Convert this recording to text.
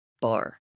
bar